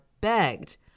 begged